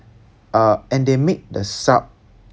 uh and they make the sub